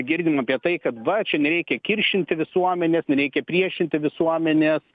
girdim apie tai kad va čia nereikia kiršinti visuomenės nereikia priešinti visuomenės